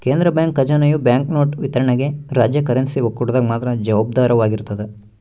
ಕೇಂದ್ರ ಬ್ಯಾಂಕ್ ಖಜಾನೆಯು ಬ್ಯಾಂಕ್ನೋಟು ವಿತರಣೆಗೆ ರಾಜ್ಯ ಕರೆನ್ಸಿ ಒಕ್ಕೂಟದಾಗ ಮಾತ್ರ ಜವಾಬ್ದಾರವಾಗಿರ್ತದ